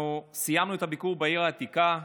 סיימנו את הביקור בעיר העתיקה,